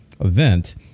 event